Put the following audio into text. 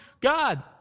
God